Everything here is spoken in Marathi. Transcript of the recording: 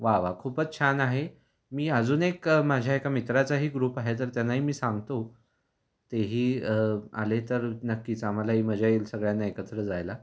वा वा खूपच छान आहे मी अजून एक माझ्या एका मित्राचाही ग्रुप आहे तर त्यांनाही मी सांगतो तेही आले तर नक्कीच आम्हालाही मजा येईल सगळ्यांना एकत्र जायला